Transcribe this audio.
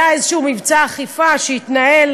היה איזשהו מבצע אכיפה שהתנהל